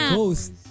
Ghost